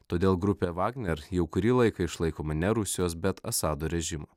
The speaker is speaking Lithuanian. todėl grupė vagner jau kurį laiką išlaikoma ne rusijos bet asado režimo